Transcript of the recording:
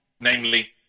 namely